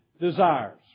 desires